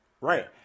Right